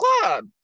club